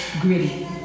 gritty